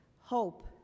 Hope